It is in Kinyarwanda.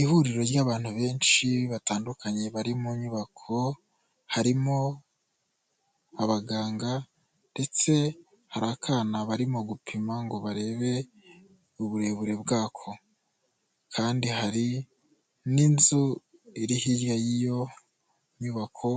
Ihuriro ry'abantu benshi batandukanye bari mu nyubako, harimo abaganga ndetse hari akana barimo gupima ngo barebe uburebure bwako, kandi hari n'inzu iri hirya y'iyo nyubako